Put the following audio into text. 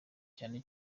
cyane